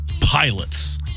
pilots